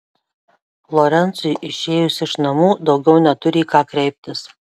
lorencui išėjus iš namų daugiau neturi į ką kreiptis